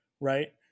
right